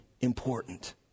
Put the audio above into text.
important